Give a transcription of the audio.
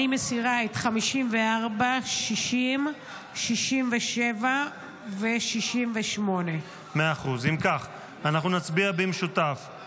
הצבעה מס' 89 בעד סעיף 52, כהצעת הוועדה, 58